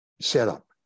setup